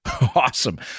awesome